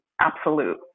absolute